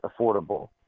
affordable